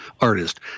artist